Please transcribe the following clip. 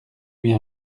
bien